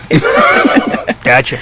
Gotcha